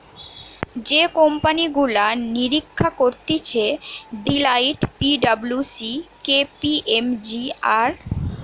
যে কোম্পানি গুলা নিরীক্ষা করতিছে Deloitte, P W C, K P M G, আর আর্নেস্ট ইয়ং